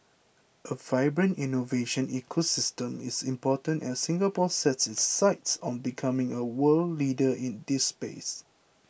a vibrant innovation ecosystem is important as Singapore sets its sights on becoming a world leader in this space